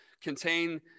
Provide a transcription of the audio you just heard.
contain